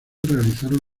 realizaron